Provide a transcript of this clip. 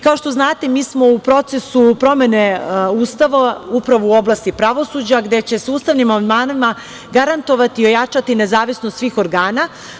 Kao što znate, mi smo u procesu promene Ustava upravo u oblasti pravosuđa, gde će se ustavnim amandmanima garantovati i ojačati nezavisnost svih organa.